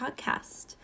Podcast